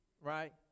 right